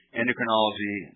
endocrinology